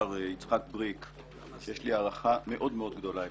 יצחק בריק שיש לי הערכה מאוד גדולה אליך.